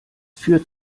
führt